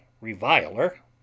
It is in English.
reviler